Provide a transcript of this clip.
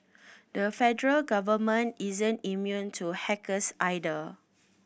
the federal government isn't immune to hackers either